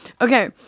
Okay